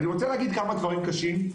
אני רוצה להגיד כמה דברים קשים,